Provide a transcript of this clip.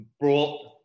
brought